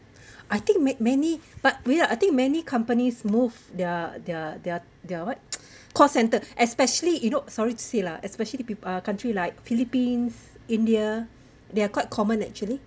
I think ma~ many but wildah I think many companies move their their their their what call centre especially you know sorry to say lah especially peo~ uh country like philippines india they are quite common actually